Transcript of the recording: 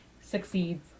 succeeds